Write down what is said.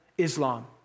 Islam